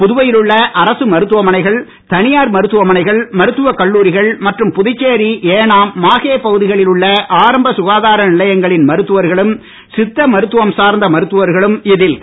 புதுவையில் உள்ள அரசு மருத்துவமனைகள் தனியார் மருத்துவமனைகள் மருத்துவ கல்லூரிகள் மற்றும் புதுச்சேரி ஏனாம் மாகே பகுதிகளில் உள்ள ஆரம்ப சுகாதார நிலையங்களின் மருத்துவர்களும் சித்த மருத்துவம் சார்ந்த மருத்துவர்களும் இதில் கலந்து கொண்டனர்